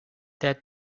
that